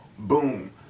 boom